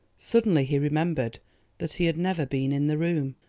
suddenly he remembered that he had never been in the room,